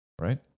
right